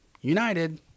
united